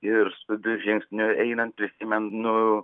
ir skubiu žingsniu einant prisimenu